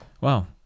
Wow